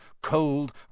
cold